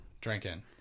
Drinking